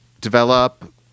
develop